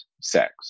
sex